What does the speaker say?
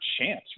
chance